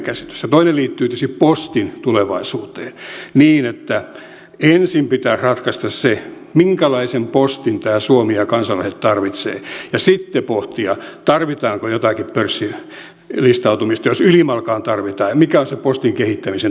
ja toinen liittyy tietysti postin tulevaisuuteen niin että ensin pitäisi ratkaista se minkälaisen postin suomi ja kansalaiset tarvitsevat ja sitten pohtia tarvitaanko jotakin pörssilistautumista jos ylimalkaan tarvitaan ja mikä on se postin kehittämisen tulevaisuus